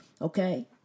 Okay